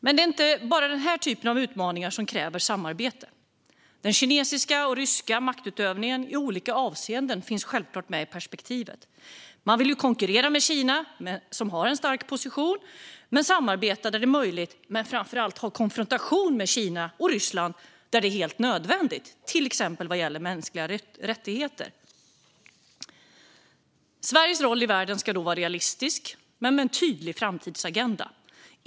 Men det är inte bara denna typ av utmaningar som kräver samarbete. Den kinesiska och ryska maktutövningen i olika avseenden finns självklart med i perspektivet. Man vill ju konkurrera med Kina, som har en stark position, samarbeta där det är möjligt men framför allt ha konfrontation med Kina och Ryssland där det är helt nödvändigt, till exempel vad gäller mänskliga rättigheter. Sveriges roll i världen ska vara realistisk men med en tydlig framtidsagenda.